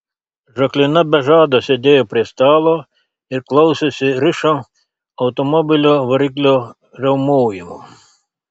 žaklina be žado sėdėjo prie stalo ir klausėsi rišo automobilio variklio riaumojimo